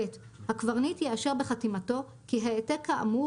(ב) הקברניט יאשר בחתימתו כי העתק כאמור